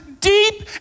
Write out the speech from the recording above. deep